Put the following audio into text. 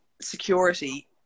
security